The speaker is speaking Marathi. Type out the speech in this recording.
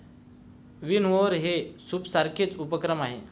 विनओवर हे सूपसारखेच उपकरण आहे